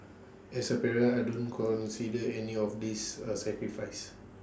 as A parent I don't consider any of this A sacrifice